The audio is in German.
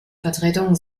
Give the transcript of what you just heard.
vertretungen